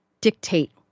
dictate